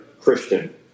Christian